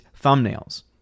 thumbnails